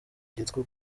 cyitwa